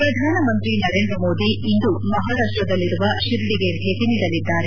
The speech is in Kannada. ಹೆಡ್ ಪ್ರಧಾನಮಂತ್ರಿ ನರೇಂದ್ರ ಮೋದಿ ಇಂದು ಮಹಾರಾಷ್ಟದಲ್ಲಿರುವ ಶಿರಡಿಗೆ ಭೇಟಿ ನೀಡಲಿದ್ದಾರೆ